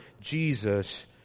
Jesus